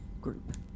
group